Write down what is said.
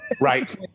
Right